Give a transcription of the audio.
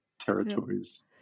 territories